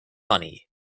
honey